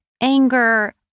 anger